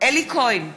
אלי כהן,